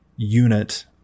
unit